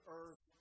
earth